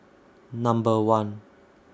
Number one